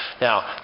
now